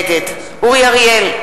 נגד אורי אריאל,